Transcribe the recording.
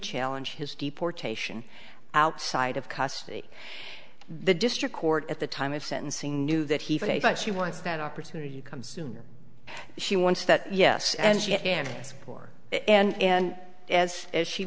challenge his deportation outside of custody the district court at the time of sentencing knew that he faces she wants that opportunity come sooner she wants that yes and she can ask for it and as as she